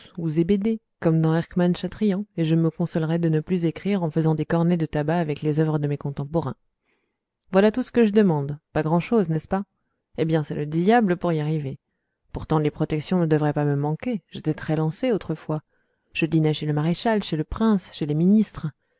ou zébédé comme dans erckmann chatrian et je me consolerai de ne plus écrire en faisant des cornets de tabac avec les œuvres de mes contemporains voilà tout ce que je demande pas grand chose n'est ce pas eh bien c'est le diable pour y arriver pourtant les protections ne devraient pas me manquer j'étais très lancé autrefois je dînais chez le maréchal chez le prince chez les ministres